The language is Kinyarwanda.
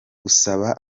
gusaba